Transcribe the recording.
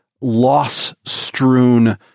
loss-strewn